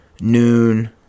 noon